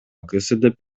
ксдп